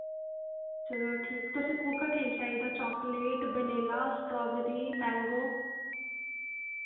चलो ठीक तुसें कोह्का केक चाहिदा चाकलेट वैनिला स्टाबरी मैंगो